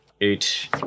eight